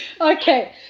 Okay